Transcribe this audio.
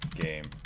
game